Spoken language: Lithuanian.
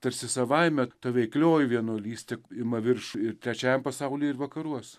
tarsi savaime ta veiklioji vienuolystė ima viršų ir trečiajam pasauly ir vakaruos